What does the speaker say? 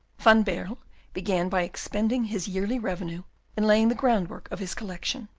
van baerle began by expending his yearly revenue in laying the groundwork of his collection,